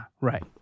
right